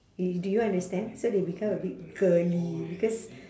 you do you understand so they become a bit girly because